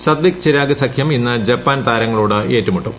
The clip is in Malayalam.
സാത്വിക് ചിരാഗ്സഖ്യംഇന്ന് ജപ്പാൻ താരങ്ങളോട്ഏറ്റുമുട്ടും